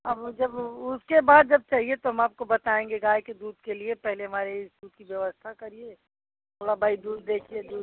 अब जब उसके बाद जब चाहिए तो हम आपको बताएँगे गाय के दूध के लिए पहले हमारी दूध की व्यवस्था करिए थोड़ा भाई दूध देखिए दूध